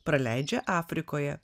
praleidžia afrikoje